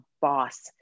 boss